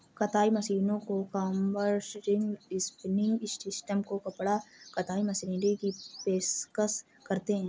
कताई मशीनों को कॉम्बर्स, रिंग स्पिनिंग सिस्टम को कपड़ा कताई मशीनरी की पेशकश करते हैं